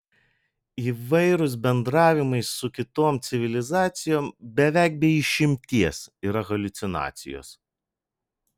įvairūs bendravimai su kitom civilizacijom beveik be išimties yra haliucinacijos